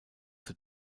zur